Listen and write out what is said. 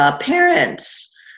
parents